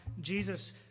Jesus